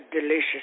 delicious